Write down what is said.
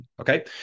Okay